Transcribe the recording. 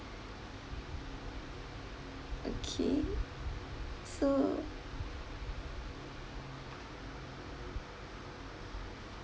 okay so